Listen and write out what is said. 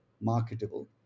marketable